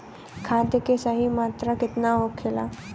खाद्य के सही मात्रा केतना होखेला?